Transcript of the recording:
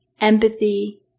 empathy